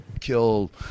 kill